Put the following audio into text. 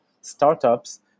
startups